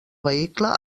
vehicle